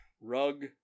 Rug